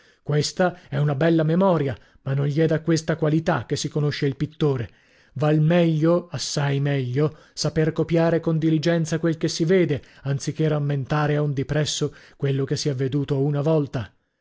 questa è una bella memoria ma non gli è da questa qualità che si conosce il pittore val meglio assai meglio saper copiare con diligenza quel che si vede anzi che rammentare a un dipresso quello che si è veduto una volta